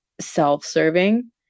self-serving